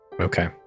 Okay